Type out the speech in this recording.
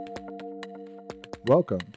Welcome